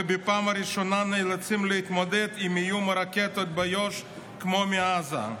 ובפעם הראשונה נאלצים להתמודד עם איום הרקטות ביהודה ושומרון כמו מעזה.